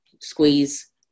squeeze